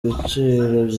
ibiciro